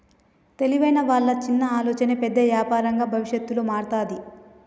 తెలివైన వాళ్ళ చిన్న ఆలోచనే పెద్ద యాపారంగా భవిష్యత్తులో మారతాది